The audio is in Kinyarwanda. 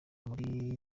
muri